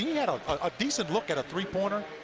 had a decent look at a three-pointer.